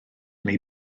neu